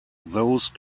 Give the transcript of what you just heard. those